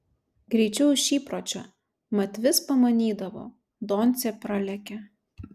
greičiau iš įpročio mat vis pamanydavo doncė pralekia